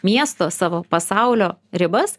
miesto savo pasaulio ribas